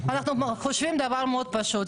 אנחנו חושבים דבר מאוד פשוט.